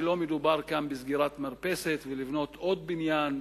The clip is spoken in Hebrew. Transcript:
לא מדובר כאן בסגירת מרפסת ולבנות עוד בניין,